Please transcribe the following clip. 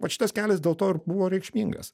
vat šitas kelias dėl to ir buvo reikšmingas